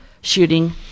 shooting